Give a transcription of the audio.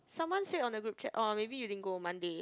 someone said on the group chat or maybe you din go Monday